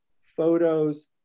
photos